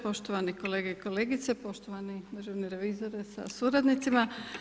Poštovane kolege i kolegice, poštovani državni revizore sa suradnicima.